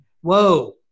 Whoa